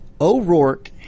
O'Rourke